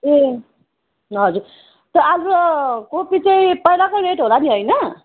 ए हजुर त्यो आज कोपी चाहिँ पहिलाको रेट होला नि होइन